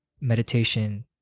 meditation